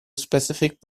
specific